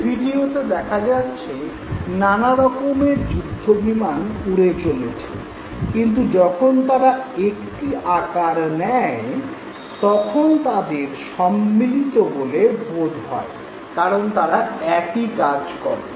এই ভিডিওতে দেখা যাচ্ছে নানা রকমের যুদ্ধবিমান উড়ে চলেছে কিন্তু যখন তারা একটি আকার নেয় তখন তাদের সম্মিলিত বলে বোধ হয় কারন তারা একই কাজ করে